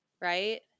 right